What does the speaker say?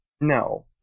No